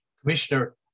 Commissioner